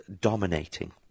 dominating